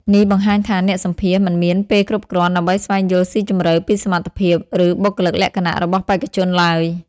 នេះបង្ហាញថាអ្នកសម្ភាសន៍មិនមានពេលគ្រប់គ្រាន់ដើម្បីស្វែងយល់ស៊ីជម្រៅពីសមត្ថភាព ឬបុគ្គលិកលក្ខណៈរបស់បេក្ខជនឡើយ។